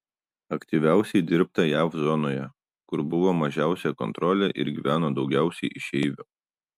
aktyviausiai dirbta jav zonoje kur buvo mažiausia kontrolė ir gyveno daugiausiai išeivių